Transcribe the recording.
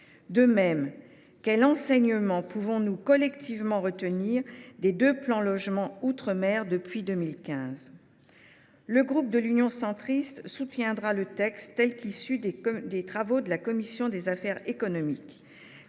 ? Quels enseignements pouvons nous collectivement retenir des deux plans logements outre mer mis en œuvre depuis 2015 ? Le groupe Union Centriste soutiendra le texte issu des travaux de la commission des affaires économiques.